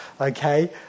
Okay